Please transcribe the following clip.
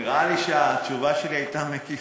נראה לי שהתשובה שלי הייתה מקיפה.